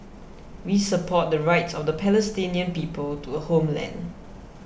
we support the rights of the Palestinian people to a homeland